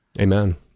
Amen